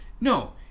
No